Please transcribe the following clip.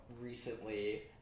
recently